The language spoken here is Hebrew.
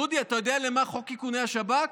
דודי, אתה יודע למה חוק איכוני השב"כ?